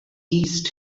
east